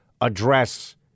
address